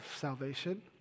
salvation